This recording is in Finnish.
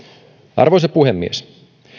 arvoisa puhemies